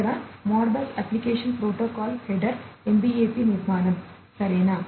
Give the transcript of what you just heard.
ఇది Modbus application protocol header MBAP నిర్మాణం సరేనా